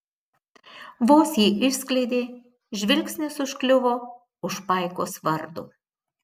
vos jį išskleidė žvilgsnis užkliuvo už paikos vardo